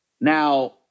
Now